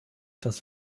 das